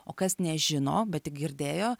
o kas nežino bet girdėjo